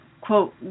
quote